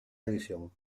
división